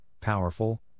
powerful